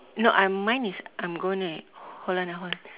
no um mine is I'm gonna hold on ah hold on